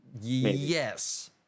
Yes